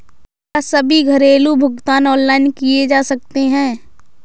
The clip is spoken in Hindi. क्या सभी घरेलू भुगतान ऑनलाइन किए जा सकते हैं?